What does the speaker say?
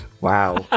Wow